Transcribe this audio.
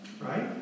right